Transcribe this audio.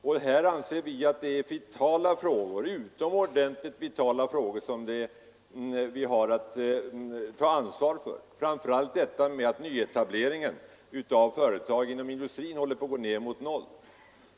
Vi anser att detta är utomordentligt vitala frågor som vi skall ta ansvar för, framför allt det oroande faktum att nyetableringen av företag inom industrin håller på att gå ner mot noll.